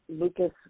Lucas